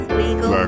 legal